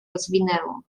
rozwinęło